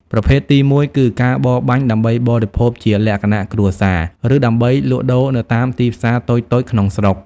ប្រភេទទីមួយគឺ ការបរបាញ់ដើម្បីបរិភោគជាលក្ខណៈគ្រួសារ ឬដើម្បីលក់ដូរនៅតាមទីផ្សារតូចៗក្នុងស្រុក។